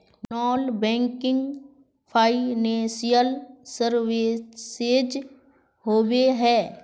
Non banking financial services होबे है?